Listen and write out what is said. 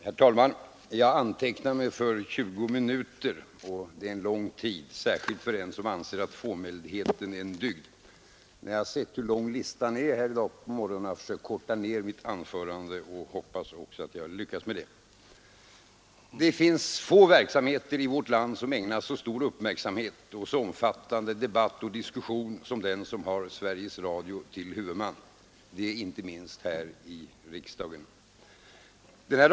Herr talman! Jag antecknade mig för 20 minuter och det är en lång tid, särskilt för en som anser att fåmäldhet är en dygd. När jag i dag på morgonen sett hur lång talarlistan är har jag försökt korta ner mitt anförande och hoppas också att jag har lyckats med det. Det finns få verksamheter i vårt land som ägnas så stor uppmärksamhet och så omfattande debatt och diskussion som den som har Sveriges Radio till huvudman — detta inte minst här i riksdagen.